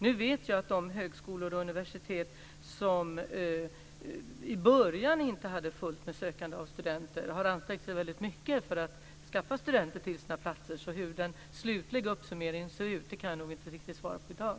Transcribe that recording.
Nu vet jag att de högskolor och universitet som i början inte hade fullt med studenter som sökte en plats har ansträngt sig väldigt mycket för att skaffa studenter till sina platser. Så hur den slutliga summeringen ser ut kan jag inte svara riktigt på i dag.